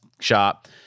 shop